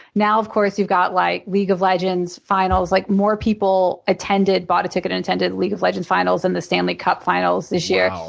now, of course, you've got like league of legends finals. like more people attended, bought a ticket and attended league of legends finals than the stanley cup finals this year.